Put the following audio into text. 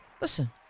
Listen